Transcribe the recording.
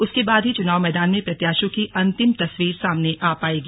उसके बाद ही चुनाव मैदान में प्रत्याशियों की अंतिम तस्वीर सामने आ पाएगी